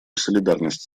солидарность